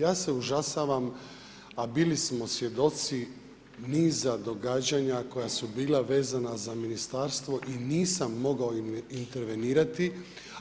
Ja se užasavam, a bili smo svjedoci niza događanja koja su bila vezana za ministarstvo i nisam mogao intervenirati,